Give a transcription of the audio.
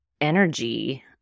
energy